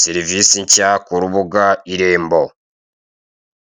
serivise nshya ku rubuga irembo.